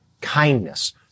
kindness